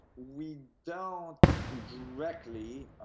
we don't directly.